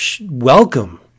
welcome –